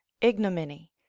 ignominy